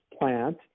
plant